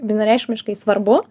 vienareikšmiškai svarbu